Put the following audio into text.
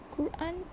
Quran